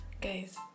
guys